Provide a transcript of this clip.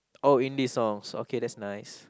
oh Indie songs okay that's nice